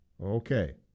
Okay